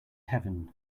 heaven